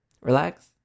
relax